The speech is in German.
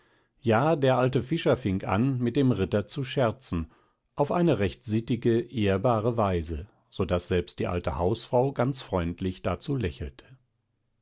ja der alte fischer fing an mit dem ritter zu scherzen auf eine recht sittige ehrbare weise so daß selbst die alte hausfrau ganz freundlich dazu lächelte